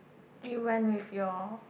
you went with your